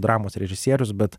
dramos režisierius bet